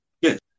Yes